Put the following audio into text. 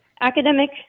academic